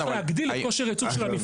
צריך להגדיל את כושר הייצור של המפעל.